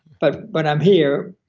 but but i'm here,